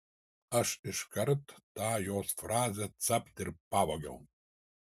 aš iškart tą jos frazę capt ir pavogiau